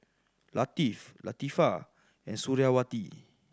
Latif Latifa and Suriawati